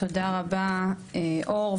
תודה רבה אור,